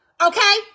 okay